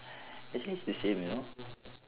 actually it's the same you know